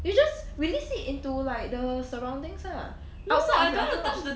you just release it into like the surroundings ah outside of your house